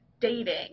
dating